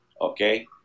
Okay